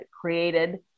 created